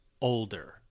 older